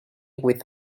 with